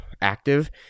active